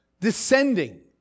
descending